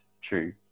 true